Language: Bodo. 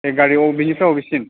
ए गारि अबेनिफ्राय अबेसिम